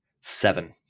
seven